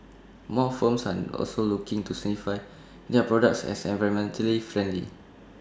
more firms are also looking to certify their products as environmentally friendly